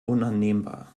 unannehmbar